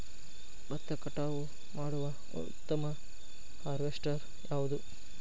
ಭತ್ತ ಕಟಾವು ಮಾಡುವ ಉತ್ತಮ ಹಾರ್ವೇಸ್ಟರ್ ಯಾವುದು?